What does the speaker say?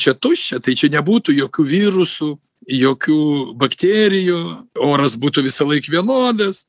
čia tuščia tai čia nebūtų jokių virusų jokių bakterijų oras būtų visąlaik vienodas